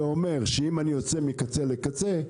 זה אומר שאם אני יוצא מקצה לקצה,